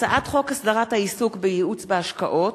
הצעת חוק הסדרת העיסוק בייעוץ השקעות,